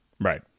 Right